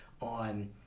on